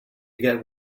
get